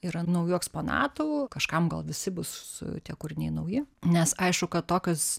ir ant naujų eksponatų kažkam gal visi bus tie kūriniai nauji nes aišku kad tokios